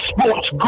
Sports